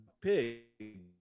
pig